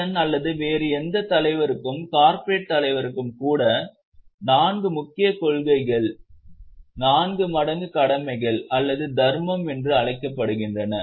அரசன் அல்லது வேறு எந்த தலைவருக்கும் கார்ப்பரேட் தலைவருக்கு கூட நான்கு முக்கிய கொள்கைகலும் நான்கு மடங்கு கடமைகள் அல்லது தர்மம் என்று அழைக்கப்படுகின்றன